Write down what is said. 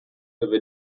wäre